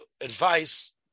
advice